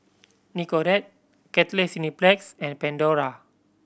Nicorette Cathay Cineplex and Pandora